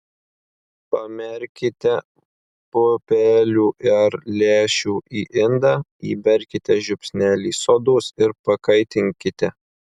pamerkite pupelių ar lęšių į indą įberkite žiupsnelį sodos ir pakaitinkite